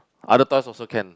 other toys also can